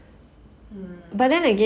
hmm